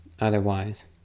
otherwise